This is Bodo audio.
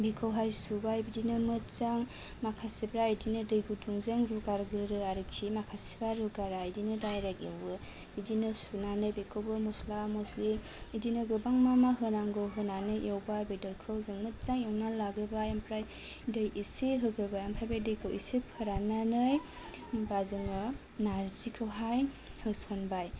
बिखौहाय सुबाय बिदिनो मोजां माखासेफ्रा बिदिनो दै गुदुंजों रुगारगोरो आरोखि माखासेफ्रा रुगारा बिदिनो दाइरेक एवयो बिदिनो सुनानै बिखौबो मस्ला मस्लि बिदिनो गोबां मामा होनांगौ होनानै एवबाय बेदरखौ जों मोजां एवना लाग्रोबाय आमफ्राय दै एसे होग्रोबाय आमफ्राय बे दैखौ एसे फोरान्नानै होमबा जोङो नार्जिखौहाय होसनबाय